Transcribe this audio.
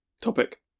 topic